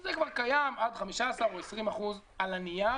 זה כבר קיים, עד 15% או 20% על הנייר.